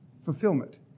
fulfillment